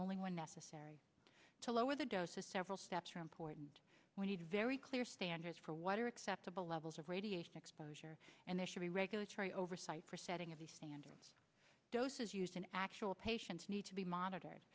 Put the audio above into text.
only when necessary to lower the doses several steps are important we need very clear standards for what are acceptable levels of radiation exposure and there should be regulatory oversight for setting of the standards doses used in actual patients need to be monitored